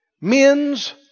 Men's